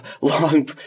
long